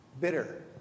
bitter